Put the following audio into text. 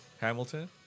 Hamilton